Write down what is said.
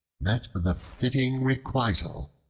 met with a fitting requital,